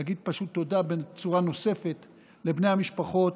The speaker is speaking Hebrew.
להגיד פשוט תודה בצורה נוספת לבני המשפחות,